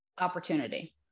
opportunity